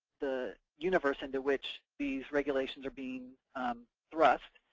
the universe into which these regulations are being thrust.